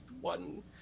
one